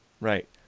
Right